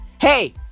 Hey